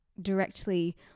directly